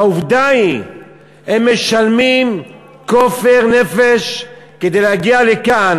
והעובדה היא שהם משלמים כופר נפש כדי להגיע לכאן.